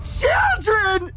children